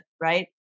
right